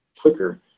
quicker